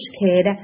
kid